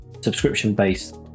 subscription-based